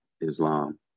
Islam